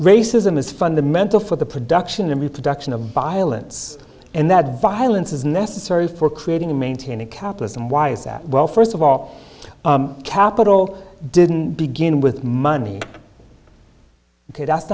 racism is fundamental for the production and reproduction of bile it's and that violence is necessary for creating and maintaining capitalism why is that well first of all capital didn't begin with money ok that's